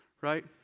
Right